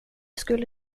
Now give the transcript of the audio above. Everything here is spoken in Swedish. skulle